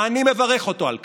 ואני מברך אותו על כך?